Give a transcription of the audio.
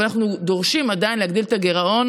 אבל אנחנו עדיין דורשים להגדיל את הגירעון,